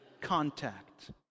contact